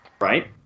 right